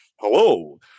hello